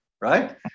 right